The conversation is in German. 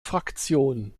fraktion